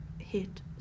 hit